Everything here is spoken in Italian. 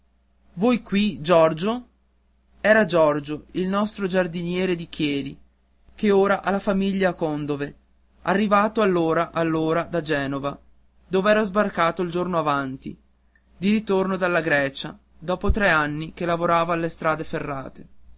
voi qui giorgio era giorgio il nostro giardiniere di chieri che ora ha la famiglia a condove arrivato allora allora da genova dov'era sbarcato il giorno avanti di ritorno dalla grecia dopo tre anni che lavorava alle strade ferrate